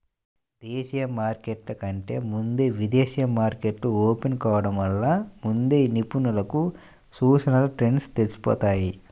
దేశీయ మార్కెట్ల కంటే ముందే విదేశీ మార్కెట్లు ఓపెన్ కావడం వలన ముందే నిపుణులకు సూచీల ట్రెండ్స్ తెలిసిపోతాయి